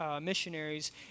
missionaries